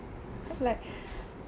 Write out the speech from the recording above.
like